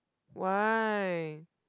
why